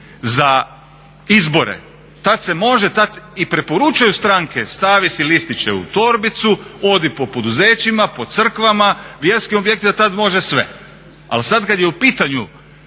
za izbore tad se može, tad i preporučuju stranke stavi si listiće u torbicu, odi po poduzećima, po crkvama, vjerskim objektima tad može sve, ali sad kad je u pitanju